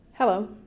Hello